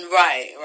right